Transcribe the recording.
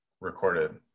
recorded